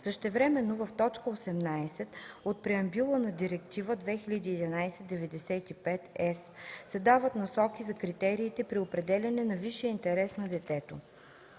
Същевременно в т. 18 от Преамбюла на Директива 2011/95/ЕС се дават насоки за критериите при определяне на висшия интерес на детето: